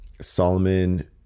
Solomon